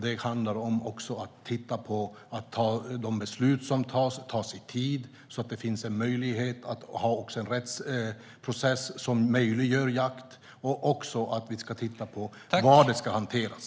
Det handlar också om att titta på att ta besluten i tid, så att det finns möjlighet att ha en rättsprocess som möjliggör jakt. Vi ska även titta på var det ska hanteras.